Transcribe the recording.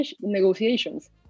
negotiations